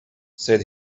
said